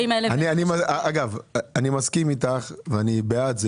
אני מסכים איתך, ואני בעד,